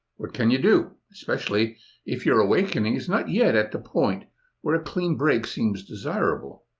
what can you do, especially if your awakening is not yet at the point where a clean break seems desirable?